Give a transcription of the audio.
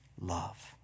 love